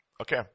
Okay